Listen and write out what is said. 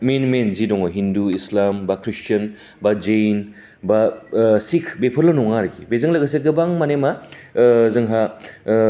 मेन मेन जि दं हिन्दु इसिलाम बा ख्रिस्टियान बा जेन बा शिक बेफोरल' नोङा आरोखि बेजों लोगोसे गोबां मानि मा जोंहा